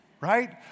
Right